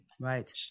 right